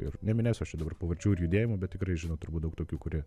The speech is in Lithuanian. ir neminėsiu aš čia dabar pavardžių ir judėjimų bet tikrai žinot turbūt daug tokių kurie